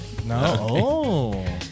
No